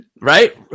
right